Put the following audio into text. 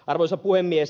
arvoisa puhemies